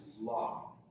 law